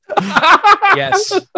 Yes